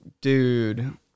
dude